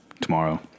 tomorrow